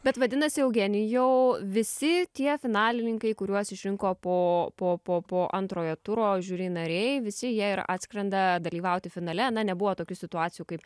bet vadinasi eugenijau visi tie finalininkai kuriuos išrinko po po po po antrojo turo žiuri nariai visi jie ir atskrenda dalyvauti finale na nebuvo tokių situacijų kaip